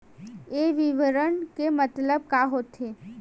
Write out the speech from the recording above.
ये विवरण के मतलब का होथे?